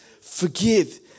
forgive